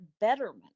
betterment